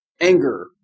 anger